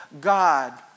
God